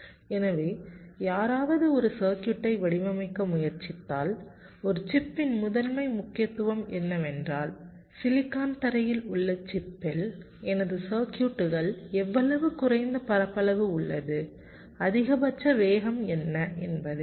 எனவே யாராவது ஒரு சர்க்யூட்டை வடிவமைக்க முயற்சித்தால் ஒரு சிப்பின் முதன்மை முக்கியத்துவம் என்னவென்றால் சிலிக்கான் தரையில் உள்ள சிப்பில் எனது சர்க்யூட்கள் எவ்வளவு குறைந்த பரப்பளவு உள்ளது அதிகபட்ச வேகம் என்ன என்பதே